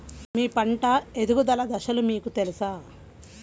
మీ పంట ఎదుగుదల దశలు మీకు తెలుసా?